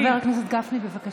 חבר הכנסת גפני, בבקשה לסיים.